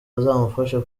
azamufasha